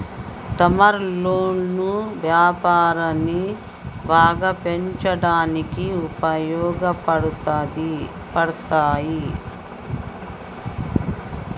term లోన్లు వ్యాపారాన్ని బాగా పెంచడానికి ఉపయోగపడతాయి